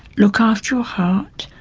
look after your heart,